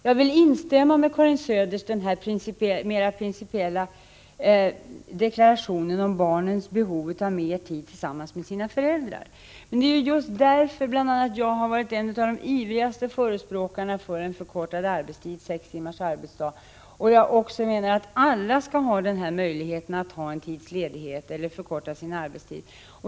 Jag vill instämma i Karin Söders mer principiella deklaration om barnens behov av mer tid tillsammans med sina föräldrar. Men det är ju just på grund av det som bl.a. jag har varit en av de ivrigaste förespråkarna för en förkortad arbetstid — sex timmars arbetsdag. Jag menar också att alla skall ha möjligheten att ta en tids ledighet eller förkorta sin arbetstid.